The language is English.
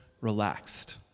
relaxed